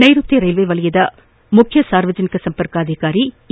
ನೈರುತ್ಯ ರೈಲ್ವೆ ವಲಯದ ಮುಖ್ಯ ಸಾರ್ವಜನಿಕ ಸಂಪರ್ಕಾಧಿಕಾರಿ ಈ